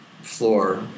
floor